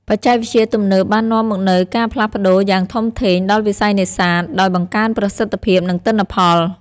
បច្ចេកវិទ្យាទំនើបបាននាំមកនូវការផ្លាស់ប្តូរយ៉ាងធំធេងដល់វិស័យនេសាទ ដោយបង្កើនប្រសិទ្ធភាព និងទិន្នផល។